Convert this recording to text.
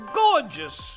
gorgeous